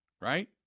right